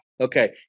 Okay